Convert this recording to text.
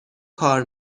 کار